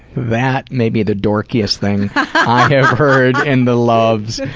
that may be the dorkiest thing i have heard in the loves.